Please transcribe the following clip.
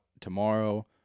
tomorrow